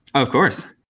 of course.